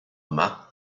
yma